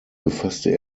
befasste